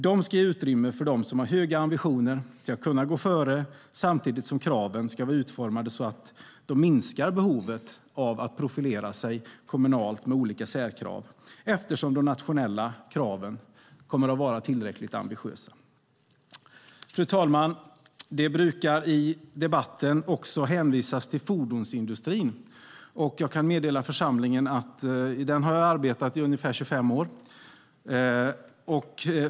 De ska ge utrymme för dem som har höga ambitioner att kunna gå före samtidigt som kraven ska vara utformade så att de minskar behovet att profilera sig kommunalt med olika särkrav, eftersom de nationella kraven kommer att vara tillräckligt ambitiösa. Fru talman! Det brukar i debatten också hänvisas till fordonsindustrin. Jag kan meddela församlingen att i den har jag arbetat i ungefär 25 år.